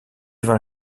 vins